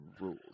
rules